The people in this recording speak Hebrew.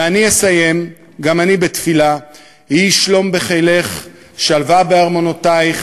ואסיים גם אני בתפילה: "יהי שלום בחילך שלוה בארמנותיך.